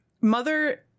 mother